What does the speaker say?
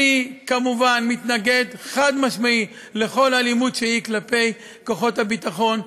אני כמובן מתנגד חד-משמעית לכל אלימות שהיא כלפי כוחות הביטחון.